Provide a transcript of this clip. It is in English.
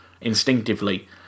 instinctively